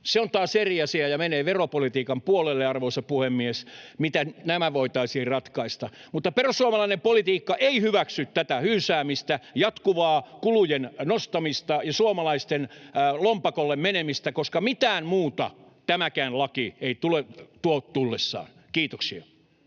Se on taas eri asia ja menee veropolitiikan puolelle, arvoisa puhemies, miten nämä voitaisiin ratkaista. Mutta perussuomalainen politiikka ei hyväksy tätä hyysäämistä, jatkuvaa kulujen nostamista ja suomalaisten lompakolle menemistä, koska mitään muuta tämäkään laki ei tuo tullessaan. — Kiitoksia.